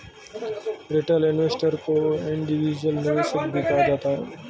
retail investor को individual निवेशक भी कहा जाता है